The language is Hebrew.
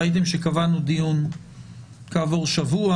ראיתם שקבענו דיון כעבור שבוע.